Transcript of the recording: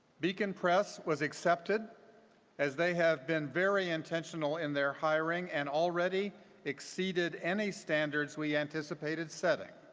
beacon press was excepted as they have been very intentional in their hiring and already exceeded any standards we anticipated setting.